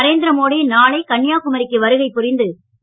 நரேந்திர மோடி நாளை கன்னியாகுமரிக்கு வருகை புரிகிறார்